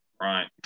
Right